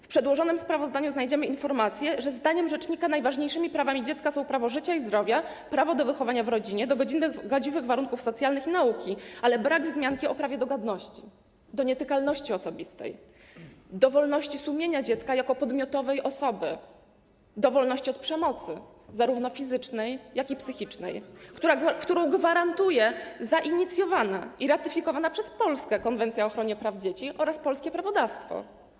W przedłożonym sprawozdaniu znajdziemy informacje, że zdaniem rzecznika najważniejszymi prawami dziecka są prawo do życia i zdrowia, prawo do wychowania w rodzinie, do godziwych warunków socjalnych i nauki, ale brak wzmianki o prawie do godności, do nietykalności osobistej, do wolności sumienia dziecka jako podmiotowej osoby, do wolności od przemocy zarówno fizycznej, jak i psychicznej, którą gwarantuje zainicjowana i ratyfikowana przez Polskę konwencja o ochronie praw dzieci oraz polskie prawodawstwo.